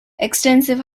extensive